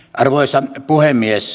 arvoisa puhemies